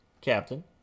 captain